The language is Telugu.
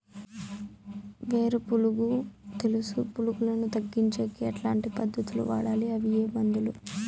వేరు పులుగు తెలుసు పులుగులను తగ్గించేకి ఎట్లాంటి పద్ధతులు వాడాలి? అవి ఏ మందులు?